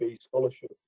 scholarship